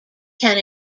can